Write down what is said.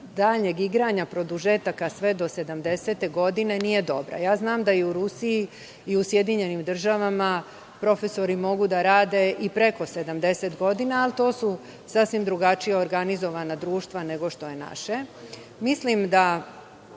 daljeg igranja produžetaka sve do 70. godine nije dobra. Znam da u Rusiji i u Sjedinjenim državama profesori mogu da rade i preko 70 godina, ali to su sasvim drugačije organizovana društva nego što je naše. Mislim da